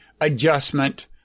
adjustment